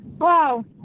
Wow